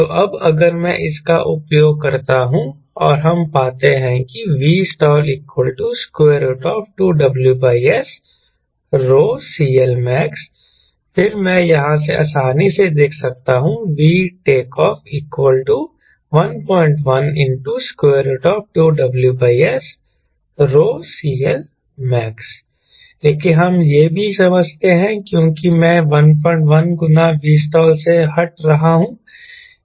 तो अब अगर मैं इसका उपयोग करता हूं और हम पाते हैं कि Vstall 2WSρ CLmax फिर मैं यहाँ से आसानी से देख सकता हूँ VTO 11 2WSρ CLmax लेकिन हम यह भी समझते हैं कि क्योंकि मैं 11 गुना Vstall से हट रहा हूं